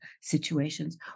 situations